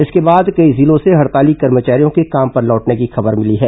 इसके बाद कई जिलों से हड़ताली कर्मचारियों के काम पर लौटने की खबर मिली है